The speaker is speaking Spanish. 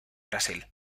brasil